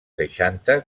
seixanta